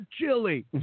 chili